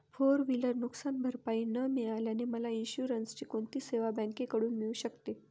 Four wheeler नुकसानभरपाई न मिळाल्याने मला इन्शुरन्सची कोणती सेवा बँकेकडून मिळू शकते?